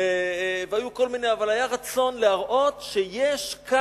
והיו כל